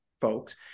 folks